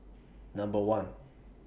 Number one